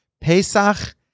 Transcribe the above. Pesach